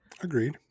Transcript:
agreed